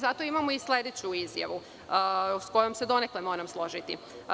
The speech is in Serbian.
Zato imamo i sledeću izjavu sa kojom se donekle mogu složiti.